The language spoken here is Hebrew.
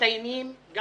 מצטיינים גם